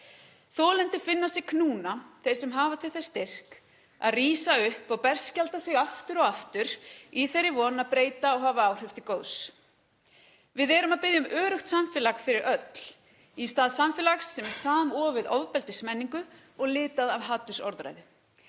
Þolendur finna sig knúna, þeir sem hafa til þess styrk, að rísa upp og berskjalda sig aftur og aftur í þeirri von að breyta og hafa áhrif til góðs. Við erum að biðja um öruggt samfélag fyrir öll í stað samfélags sem er samofið ofbeldismenningu og litað af hatursorðræðu.